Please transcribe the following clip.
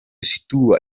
sitúa